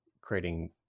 creating